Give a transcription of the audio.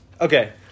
Okay